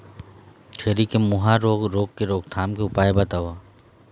छेरी के मुहा रोग रोग के रोकथाम के उपाय बताव?